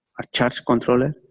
a charge controller,